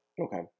Okay